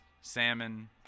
salmon